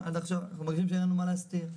אנחנו מרגישים שאין לנו מה להסתיר.